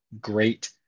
great